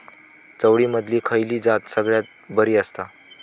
चवळीमधली खयली जात सगळ्यात बरी आसा?